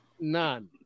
None